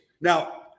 Now –